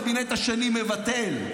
הקבינט השני מבטל.